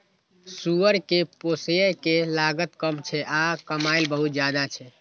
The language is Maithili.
सुअर कें पोसय के लागत कम छै आ कमाइ बहुत ज्यादा छै